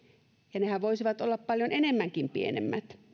ja eläkevakuutusmaksuthan voisivat olla paljon enemmänkin pienemmät